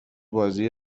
بازی